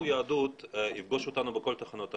היהדות יפגוש אותנו בכל תחנות החיים,